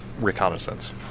reconnaissance